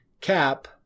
Cap